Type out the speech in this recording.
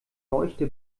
leuchte